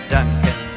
Duncan